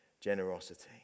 generosity